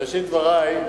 בראשית דברי,